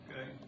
okay